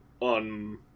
on